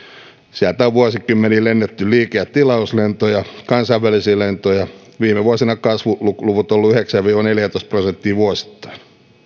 sieltä on vuosikymmeniä lennetty liike ja tilauslentoja kansainvälisiä lentoja viime vuosina kasvuluvut ovat olleet yhdeksän viiva neljätoista prosenttia vuosittain